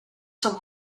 some